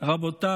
רבותיי